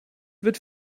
wird